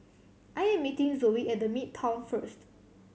I am meeting Zoie at The Midtown first